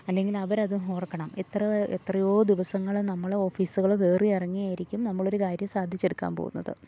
അല്ലെങ്കിൽ അവരതും ഓർക്കണം എത്ര എത്രയോ ദിവസങ്ങള് നമ്മള് ഓഫീസുകള് കയറി ഇറങ്ങി ആയിരിക്കും നമ്മളൊര് കാര്യം സാധിച്ചെടുക്കാൻ പോകുന്നത്